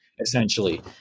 essentially